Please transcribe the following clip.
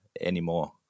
anymore